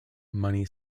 money